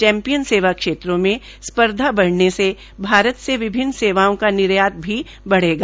champion सेवा क्षेत्रों में स्पर्धाबढ़ने से भारत से विभिन्न सेवाओं का निर्यात भी बढ़ेग